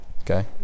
Okay